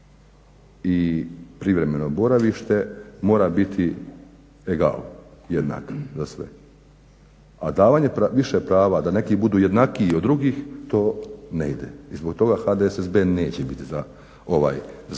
i privremeno boravište mora biti egal-jednak za sve. A davanje više prava da neki budu jednakiji od drugih to ne ide. I zbog toga HDSSB neće biti za ovaj zakonski